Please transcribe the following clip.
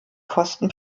kosten